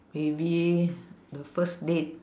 maybe the first date